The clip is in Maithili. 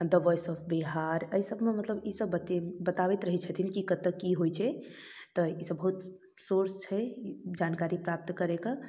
द वॉइस ऑफ बिहार एहिसबमे मतलब ईसब बते बताबैत रहै छथिन कि कतऽ कि होइ छै तऽ ईसब बहुत सोर्स छै जानकारी प्राप्त करैके